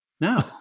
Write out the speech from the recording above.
no